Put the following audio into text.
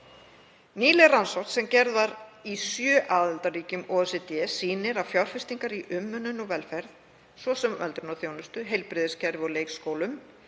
Nýleg rannsókn sem gerð var í sjö aðildarríkjum OECD sýnir að fjárfestingar í umönnun og velferð, svo sem öldrunarþjónustu, heilbrigðiskerfi og leikskólum,